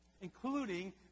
including